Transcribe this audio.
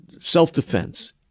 self-defense